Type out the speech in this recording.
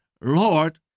Lord